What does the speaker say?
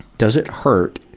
does it hurt,